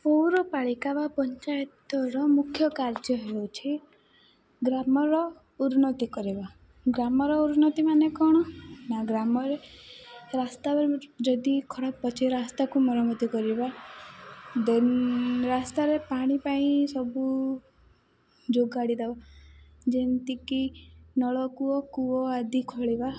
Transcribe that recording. ପୌର ପାଳିକା ବା ପଞ୍ଚାୟତର ମୁଖ୍ୟ କାର୍ଯ୍ୟ ହେଉଛି ଗ୍ରାମର ଉନ୍ନତି କରିବା ଗ୍ରାମର ଉନ୍ନତି ମାନେ କ'ଣ ନା ଗ୍ରାମରେ ରାସ୍ତା ଯଦି ଖରାପ ଅଛି ରାସ୍ତାକୁ ମରମତି କରିବା ଦେନ୍ ରାସ୍ତାରେ ପାଣି ପାଇଁ ସବୁ ଯୋଗାଡ଼ିଦବା ଯେମିତିକି ନଳକୂଅ କୂଅ ଆଦି ଖୋଳିବା